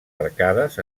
arcades